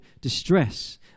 distress